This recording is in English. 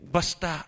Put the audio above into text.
Basta